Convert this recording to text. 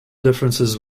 differences